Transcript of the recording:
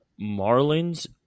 Marlins